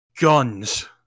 guns